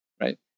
right